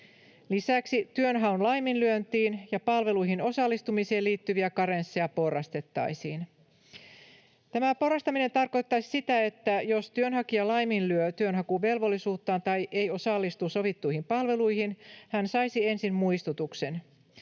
Lisäksi työnhaun laiminlyöntiin ja palveluihin osallistumiseen liittyviä karensseja porrastettaisiin. Tämä porrastaminen tarkoittaisi sitä, että jos työnhakija laiminlyö työnhakuvelvollisuuttaan tai ei osallistu sovittuihin palveluihin, hän saisi ensin muistutuksen.